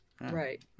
Right